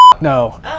no